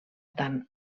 tant